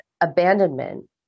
abandonment